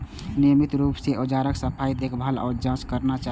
नियमित रूप सं औजारक सफाई, देखभाल आ जांच करना चाही